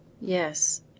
Yes